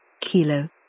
Kilo